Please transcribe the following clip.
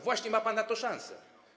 Właśnie ma pan na to szansę.